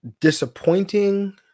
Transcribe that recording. disappointing